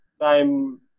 time